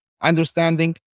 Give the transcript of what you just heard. understanding